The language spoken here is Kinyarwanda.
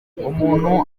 umuntu